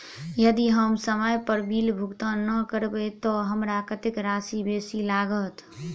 यदि हम समय पर बिल भुगतान नै करबै तऽ हमरा कत्तेक राशि बेसी लागत?